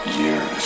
years